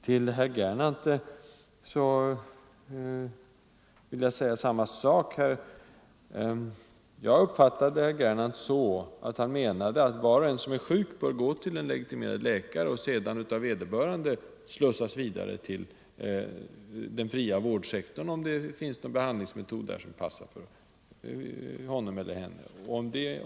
Till herr Gernandt vill jag säga samma sak. Jag uppfattade herr Gernandt så att han menade att var och en som är sjuk bör gå till en legitimerad läkare, och sedan av vederbörande slussas vidare till den fria vårdsektorn, om det finns någon behandlingsmetod där som passar för honom eller henne.